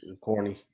Corny